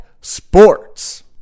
sports